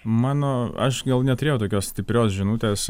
mano aš neturėjau tokios stiprios žinutės